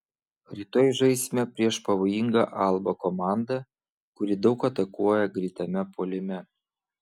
rytoj žaisime prieš pavojingą alba komandą kuri daug atakuoja greitame puolime